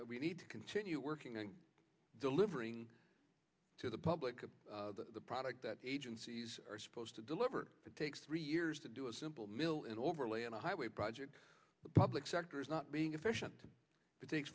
that we need to continue working on delivering to the public a product that agencies are supposed to deliver it takes three years to do a simple mill and overlay on a highway project the public sector is not being efficient